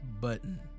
Button